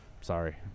Sorry